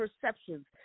perceptions